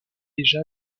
déjà